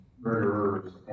murderers